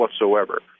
whatsoever